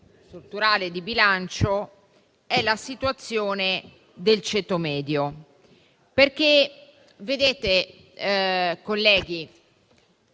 strutturale di bilancio, sia la situazione del ceto medio, che, vedete, colleghi,